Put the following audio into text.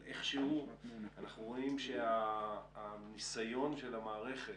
אבל איכשהו אנחנו רואים את הניסיון של המערכת,